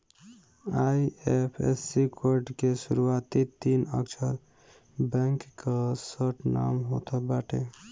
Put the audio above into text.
IFSC code के शुरूआती तीन अक्षर बैंक कअ शार्ट नाम होत बाटे